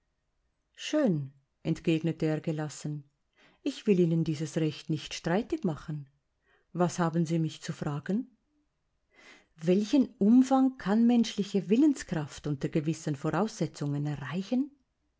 schön entgegnete er gelassen ich will ihnen dieses recht nicht streitig machen was haben sie mich zu fragen welchen umfang kann menschliche willenskraft unter gewissen voraussetzungen erreichen